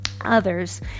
others